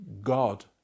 God